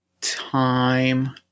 time